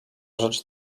rzecz